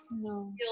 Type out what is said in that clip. No